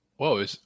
Whoa